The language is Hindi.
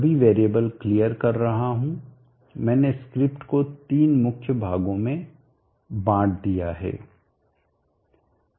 सभी वेरिएबल क्लियर कर रहा हूँ मैंने स्क्रिप्ट को 3 मुख्य भागों में बाँट दिया है